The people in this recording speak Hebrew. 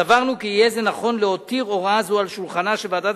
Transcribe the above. סברנו כי יהיה זה נכון להותיר הוראה זו על שולחנה של ועדת